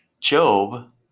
Job